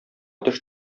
төш